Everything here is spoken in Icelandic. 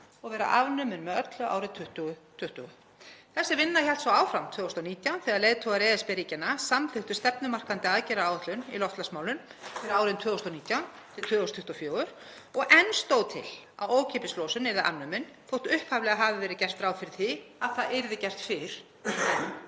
og vera afnumin með öllu árið 2020. Þessi vinna hélt svo áfram 2019 þegar leiðtogar ESB-ríkjanna samþykktu stefnumarkandi aðgerðaáætlun í loftslagsmálum fyrir árin 2019–2024, og enn stóð til að ókeypis losun yrði afnumin þótt upphaflega hafi verið gert ráð fyrir því að það yrði gert fyrr